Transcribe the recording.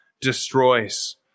destroys